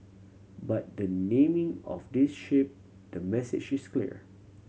but the naming of this ship the message is clear